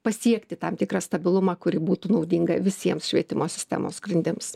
pasiekti tam tikrą stabilumą kuri būtų naudinga visiems švietimo sistemos grindims